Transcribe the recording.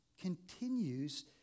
continues